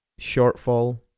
shortfall